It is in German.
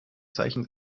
zeichen